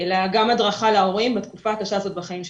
אלא גם הדרכה להורים בתקופה הקשה הזאת בחיים שלהם.